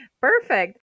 perfect